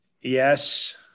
yes